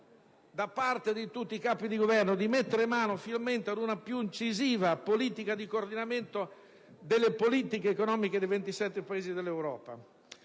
da parte di tutti i Capi di Governo, di mettere mano finalmente ad una più incisiva politica di coordinamento delle politiche economiche dei 27 Paesi dell'Europa;